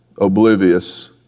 oblivious